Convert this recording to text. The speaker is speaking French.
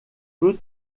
peux